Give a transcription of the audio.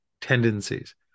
tendencies